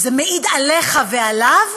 זה מעיד עליך ועליו,